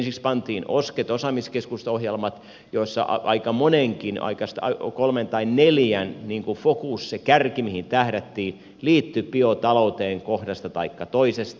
ensiksi pantiin pystyy osket osaamiskeskusohjelmat joissa aika monenkin kolmen tai neljän fokus se kärki mihin tähdättiin liittyi biotalouteen kohdasta taikka toisesta